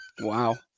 Wow